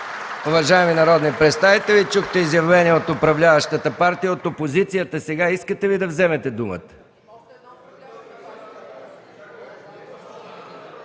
Уважаеми народни представители, чухте изявление от управляващата партия. От опозицията сега искате ли да вземете думата?